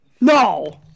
No